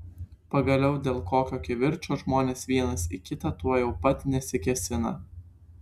pagaliau dėl kokio kivirčo žmonės vienas į kitą tuojau pat nesikėsina